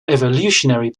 evolutionary